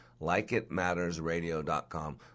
LikeItMattersRadio.com